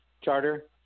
charter